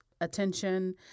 attention